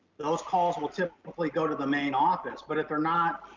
those calls will typically go to the main office. but if they're not,